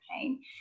pain